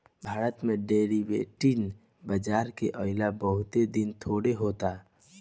भारत में डेरीवेटिव बाजार के अइले बहुत दिन थोड़े होता